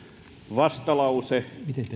vastalause